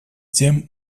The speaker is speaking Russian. тем